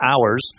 hours